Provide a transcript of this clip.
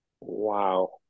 Wow